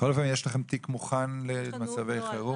בכל אופן יש לכם תיק מוכן למצבי חירום?